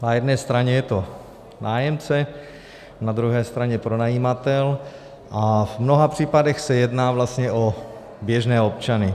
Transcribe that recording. Na jedné straně je to nájemce, na druhé straně pronajímatel a v mnoha případech se jedná vlastně o běžné občany.